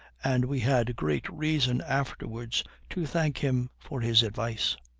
and we had great reason afterwards to thank him for his advice.